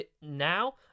now